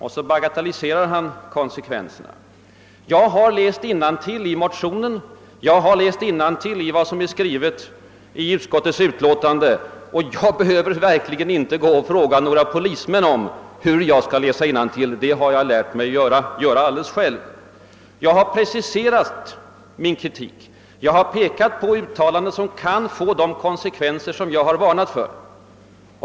ändå bagatelliserar han konsekvenserna. Jag har läst innantill i motionen, och jag har läst innantill i utskottets utlåtande. Jag behöver verkligen inte fråga några polismän om hur jag skall läsa innantill — det har jag lärt mig göra själv. Jag har preciserat min kritik och pekat på uttalanden som kan få de konsekvenser som jag har varnat för.